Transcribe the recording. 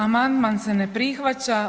Amandman se ne prihvaća.